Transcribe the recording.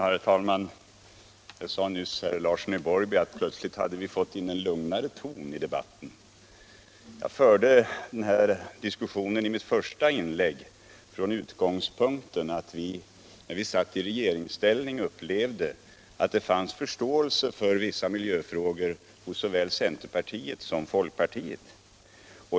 Herr talman! Nyss sade herr Larsson i Borrby att vi plötsligt hade fått in en lugnare ton i debatten. Jag förde den här diskussionen i mitt första inlägg från utgångspunkten att vi, när vi satt i regeringsställning, upplevde att det fanns förståelse för vissa miljöfrågor hos såväl centerpartiet som folkpartiet.